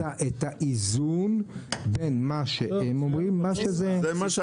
האיזון בין מה שהם אומרים לבין מה שזה,